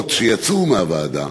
השמועות שיצאו מהוועדה,